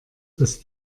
dass